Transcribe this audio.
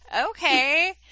Okay